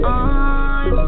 on